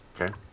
Okay